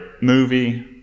movie